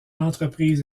entreprise